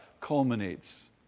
culminates